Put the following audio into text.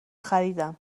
خریدم